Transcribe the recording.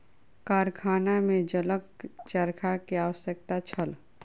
कारखाना में जलक चरखा के आवश्यकता छल